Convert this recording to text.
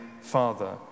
Father